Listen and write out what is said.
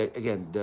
ah again,